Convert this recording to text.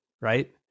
right